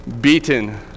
beaten